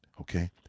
okay